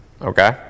okay